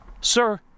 Sir